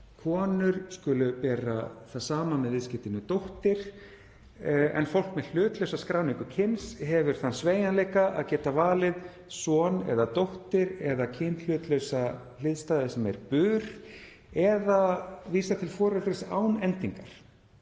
Konur skulu bera það sama með viðskeytinu -dóttir en fólk með hlutlausa skráningu kyns hefur þann sveigjanleika að geta valið -son eða -dóttir eða kynhlutlausa hliðstæðu sem er -bur, eða vísað til foreldris án endingar,